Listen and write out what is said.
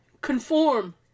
Conform